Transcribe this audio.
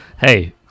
hey